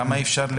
למה אי אפשר?